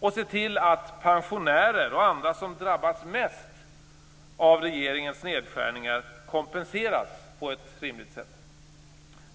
och se till att pensionärer och andra som drabbats mest av regeringens nedskärningar kompenseras på ett rimligt sätt.